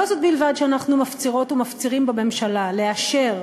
לא זו בלבד שאנחנו מפצירות ומפצירים בממשלה לאשר